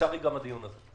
ולצערי גם הדיון הזה.